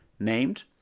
Named